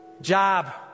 Job